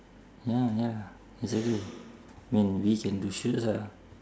ya ya exactly I mean we can do shoots ah